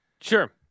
Sure